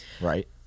Right